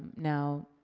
now,